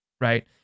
right